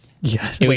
Yes